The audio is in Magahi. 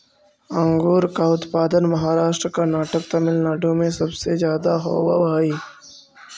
अंगूर का उत्पादन महाराष्ट्र, कर्नाटक, तमिलनाडु में सबसे ज्यादा होवअ हई